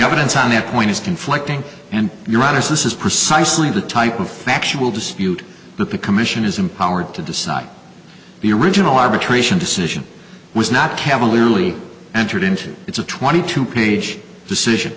evidence on that point is conflicting and you're honest this is precisely the type of factual dispute that the commission is empowered to decide the original arbitration decision was not cavalierly entered into it's a twenty two page decision